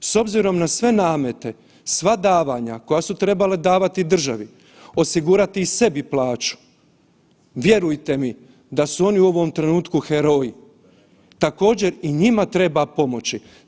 S obzirom na sve namete, sva davanja koja su trebale davati državi, osigurati i sebi plaću, vjerujte mi da su oni u ovom trenutku heroji, također i njima treba pomoći.